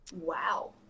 Wow